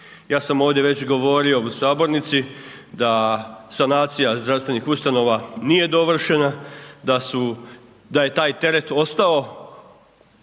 Ja sam ovdje već govorio u sabornici da sanacija zdravstvenih ustanova nije dovršena, da je taj teret ostao,